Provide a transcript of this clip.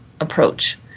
approach